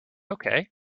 okay